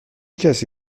کسی